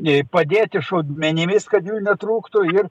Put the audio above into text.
i padėti šaudmenimis kad jų netrūktų ir